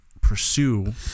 pursue